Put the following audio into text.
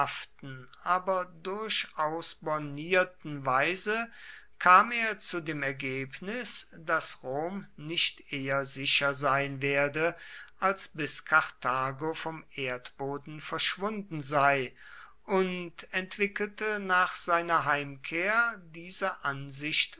aber durchaus bornierten weise kam er zu dem ergebnis daß rom nicht eher sicher sein werde als bis karthago vom erdboden verschwunden sei und entwickelte nach seiner heimkehr diese ansicht